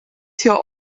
hier